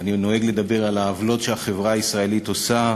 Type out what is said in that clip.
אני נוהג לדבר על העוולות שהחברה הישראלית עושה